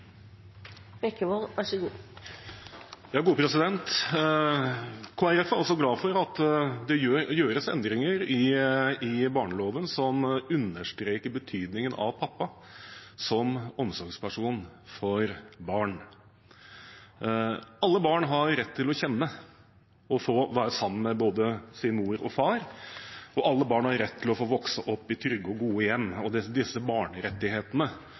også glad for at det gjøres endringer i barneloven som understreker betydningen av pappa som omsorgsperson for barn. Alle barn har rett til å kjenne og få være sammen med både sin mor og sin far, og alle barn har rett til å få vokse opp i trygge og gode hjem. Disse barnerettighetene mener Kristelig Folkeparti må prioriteres foran voksnes ønsker og